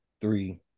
three